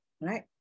right